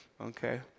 Okay